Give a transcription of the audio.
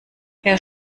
herr